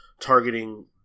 targeting